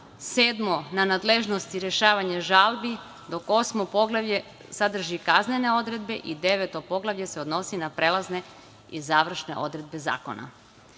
sedmo na nadležnosti rešavanja žalbi, dok osmo poglavlje sadrži kaznene odredbe i deveto poglavlje se odnosi na prelazne i završne odredbe